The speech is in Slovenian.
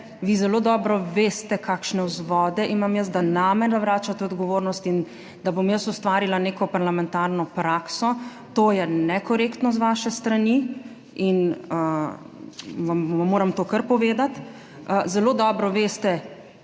veste kakšne vzvode imam. Jaz, da name ne vračate odgovornost in da bom jaz ustvarila neko parlamentarno prakso to je nekorektno z vaše strani in moram to kar povedati. Zelo dobro veste,